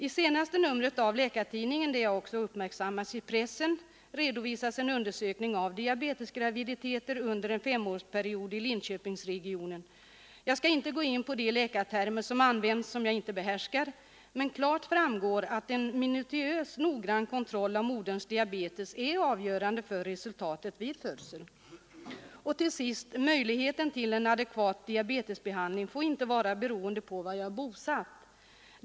I senaste numret av Läkartidningen redovisas, vilket också har uppmärksammats av pressen i övrigt, en undersökning av diabetesgraviditeter under en femårsperiod i Linköpingsregionen. Jag skall inte gå in på de läkartermer som använts och som jag inte behärskar, men klart framgår att en minutiös kontroll av moderns diabetes är avgörande för resultatet vid födseln. Till sist: möjligheten till en adekvat diabetesbehandling får inte vara beroende av var man är bosatt.